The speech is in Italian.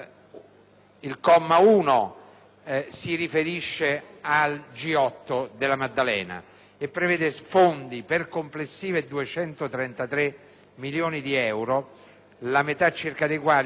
si riferisce al G8 della Maddalena e prevede fondi per complessivi 233 milioni di euro, la metà circa dei quali (cioè 122 milioni